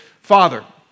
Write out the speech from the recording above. father